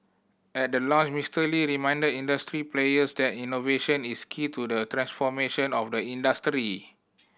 at the launch Mister Lee reminded industry players that innovation is key to the transformation of the industry